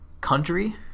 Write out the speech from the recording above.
country